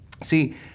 See